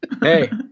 Hey